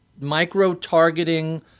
micro-targeting